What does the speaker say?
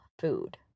food